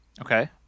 Okay